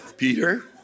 Peter